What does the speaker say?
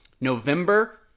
November